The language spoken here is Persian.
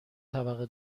طبقه